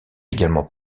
également